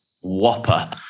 whopper